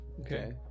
Okay